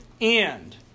end